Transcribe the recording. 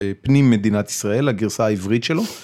פנים מדינת ישראל, הגרסה העברית שלו